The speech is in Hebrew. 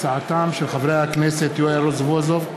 הצעתם של חברי הכנסת יואל רזבוזוב,